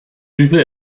duvet